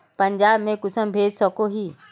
पंजाब में कुंसम भेज सकोही?